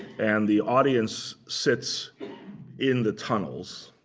and the audience sits in the tunnels,